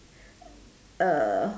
uh